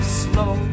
slow